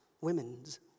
Women's